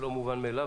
זה לא מובן מאליו,